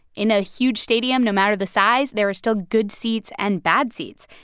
in a huge stadium, no matter the size, there are still good seats and bad seats.